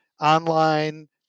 online